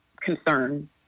concern